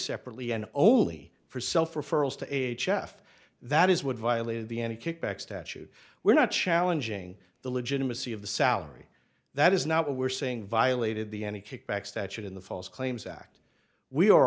separately and only for self referrals to age chef that is what violated the any kickback statute we're not challenging the legitimacy of the salary that is now we're saying violated the any kickback statute in the false claims act we are